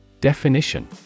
Definition